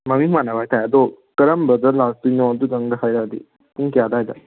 ꯃꯃꯤꯡ ꯃꯥꯟꯅꯕ ꯍꯥꯏꯇꯥꯔꯦ ꯑꯗꯣ ꯀꯔꯝꯕꯗ ꯂꯥꯏꯇꯣꯏꯅꯣ ꯑꯗꯨꯇꯪꯒ ꯍꯥꯏꯔꯛꯑꯗꯤ ꯄꯨꯡ ꯀꯌꯥ ꯑꯗꯥꯏꯗ